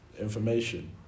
information